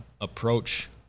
approach